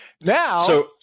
Now